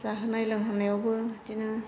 जाहोनाय लोंहोनायावबो बिदिनो